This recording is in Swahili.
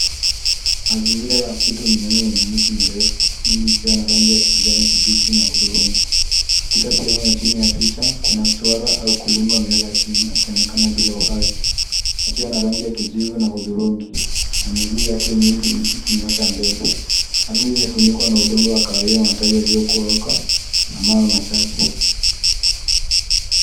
Mazingira ya msitu yenye miti mirefu mengi ikiwa ya rangi ya kijani kibichi na hudhurungi. Katika sehemu ya chini ya picha, kuna swara au kulungu amelala chini akionekana bila uhai, akiwa na rangi ya kijivu na hudhurungi na miguu yake miwili ikinyoosha mbele. Ardhi imefunikwa na udongo wa kahawia, matawi yaliyokauka na mawe machache.